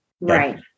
Right